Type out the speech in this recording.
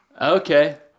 Okay